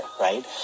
right